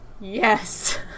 yes